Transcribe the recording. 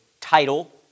title